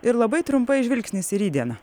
ir labai trumpai žvilgsnis į rytdieną